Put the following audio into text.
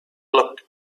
look